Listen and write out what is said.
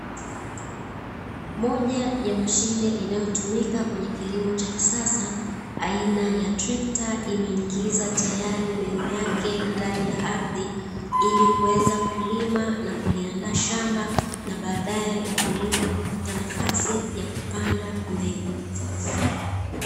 Moja ya mashine inayo tumika kwenye kilimo cha kisasa aina ya trekta, imeingiza tayari meno yake ndani ya ardhi ili kuweza kulima na kuliandaa shamba, na baadae wakulima kupata nafasi ya kupanda mbegu.